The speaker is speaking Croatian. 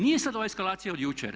Nije sad ova eskalacija od jučer.